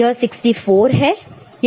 तो यह 64 है